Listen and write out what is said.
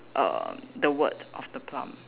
err the word of the plum